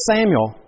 Samuel